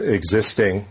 existing